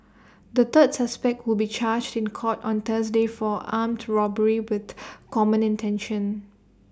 the third suspect will be charged in court on Thursday for armed robbery with common intention